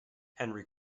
henri